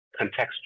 contextual